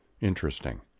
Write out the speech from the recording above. Interesting